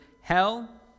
hell